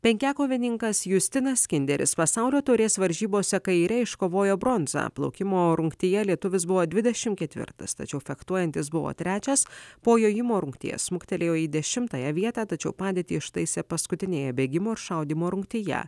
penkiakovininkas justinas kinderis pasaulio taurės varžybose kaire iškovojo bronzą plaukimo rungtyje lietuvis buvo dvidešim ketvirtas tačiau fechtuojantis buvo trečias po jojimo rungties smuktelėjo į dešimtąją vietą tačiau padėtį ištaisė paskutinėje bėgimo ir šaudymo rungtyje